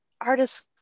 artists